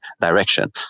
direction